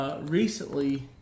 Recently